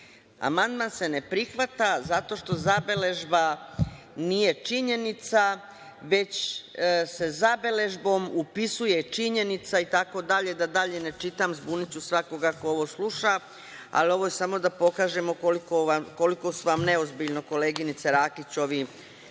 se ne prihvata zato što zabeležba nije činjenica, već se zabeležbom upisuje činjenica itd, da dalje ne čitam, zbuniću svakoga ko ovo sluša, ali je ovo samo da pokažemo koliko su vam neozbiljno koleginice Rakić ovi,